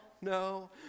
no